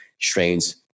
strains